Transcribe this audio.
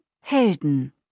Helden